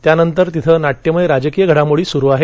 त्यानंतर तिथं नाट्यमय राजकीय घडामोडी सुरू आहेत